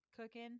cooking